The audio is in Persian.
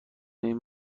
این